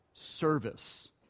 service